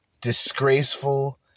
disgraceful